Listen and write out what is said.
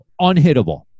unhittable